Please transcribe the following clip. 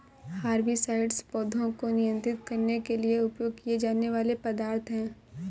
herbicides पौधों को नियंत्रित करने के लिए उपयोग किए जाने वाले पदार्थ हैं